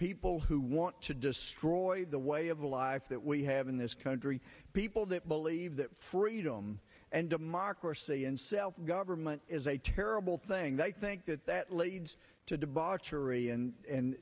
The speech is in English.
people who want to destroy the way of life that we have in this country people that believe that freedom and democracy and self government is a terrible thing that i think that that leads to debauchery and